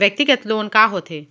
व्यक्तिगत लोन का होथे?